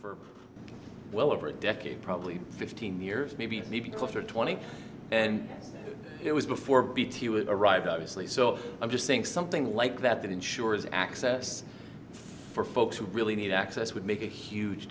for well over a decade probably fifteen years maybe maybe closer to twenty and it was before bt would arrive obviously so i'm just saying something like that that ensures access for folks who really need access would make a huge